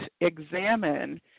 examine